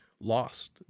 lost